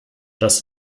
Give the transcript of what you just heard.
das